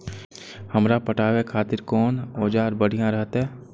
हमरा पटावे खातिर कोन औजार बढ़िया रहते?